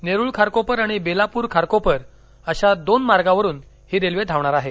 नेरूळ खारकोपर आणि बेलापूर खारकोपर अशा दोन मार्गावरून ही रेल्वे धावणार आहे